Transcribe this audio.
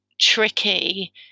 tricky